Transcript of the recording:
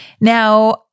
Now